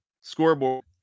scoreboard